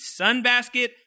Sunbasket